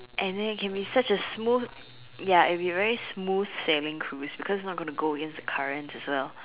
and then it can be such a smooth ya a very smooth sailing Cruise because not going to go against the currents as well